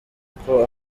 uko